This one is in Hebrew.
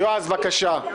יועז, בבקשה.